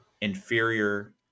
inferior